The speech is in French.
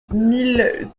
mille